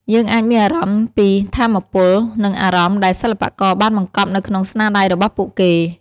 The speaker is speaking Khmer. យើងអាចមានអារម្មណ៍ពីថាមពល និងអារម្មណ៍ដែលសិល្បករបានបង្កប់នៅក្នុងស្នាដៃរបស់ពួកគេ។